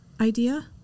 idea